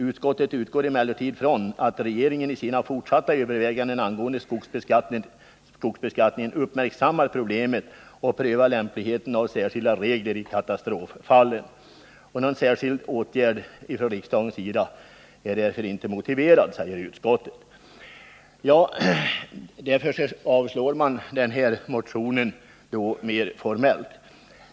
Utskottet utgår emellertid från att regeringen i sina fortsatta överväganden angående skogsbeskattningen uppmärksammar problemet och prövar lämpligheten av särskilda regler i katastroffallen. Någon särskild åtgärd från riksdagens sida med anledning av dessa motioner är enligt utskottets mening inte motiverad.” Så säger alltså utskottet och avstyrker motionen mer formellt.